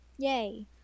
Yay